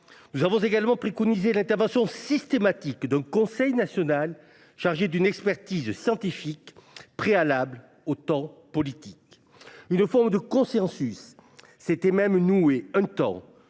Nous avons également préconisé l'intervention systématique d'un conseil national chargé d'une expertise scientifique préalable aux temps politiques. Une forme de consensus s'était même nouée un temps